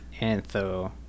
Antho